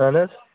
اَہَن حظ